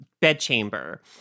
bedchamber